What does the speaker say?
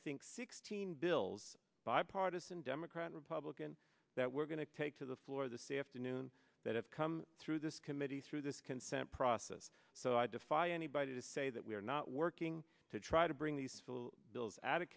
think sixteen bills bipartisan democrat republican that we're going to take to the floor the same afternoon that have come through this committee through this consent process so i defy anybody to say that we are not working to try to bring these fuel bills out of